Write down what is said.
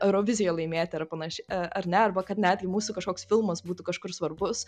eurovizijoje laimėti ar panašiai ar ne arba kad netgi mūsų kažkoks filmas būtų kažkur svarbus